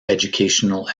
educational